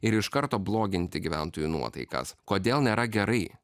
ir iš karto bloginti gyventojų nuotaikas kodėl nėra gerai